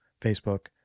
Facebook